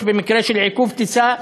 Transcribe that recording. במקרה של עיכוב טיסה,